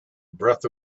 breath